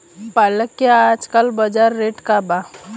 पालक के आजकल बजार रेट का बा?